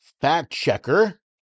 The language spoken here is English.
fact-checker